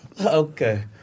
Okay